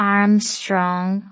Armstrong